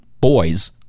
boys